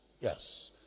Yes